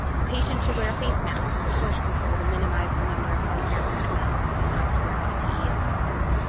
the patient should wear a face mask for source control to minimize the number of healthcare personnel who then have to wear ppe along the route.